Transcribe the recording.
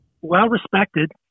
well-respected